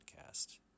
podcast